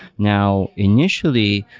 now initially,